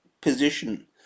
position